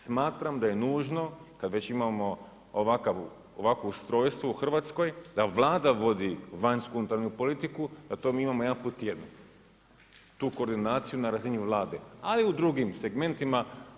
Smatram da je nužno kada već imamo ovakvo ustrojstvo u Hrvatskoj da Vlada vodi vanjsku unutarnju politiku, da to mi imamo jedanput tjedno tu koordinaciju na razini Vlade ali i u drugim segmentima.